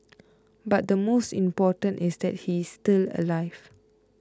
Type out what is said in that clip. but the most important is that he's still alive